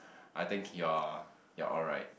I think you're you're alright